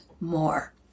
more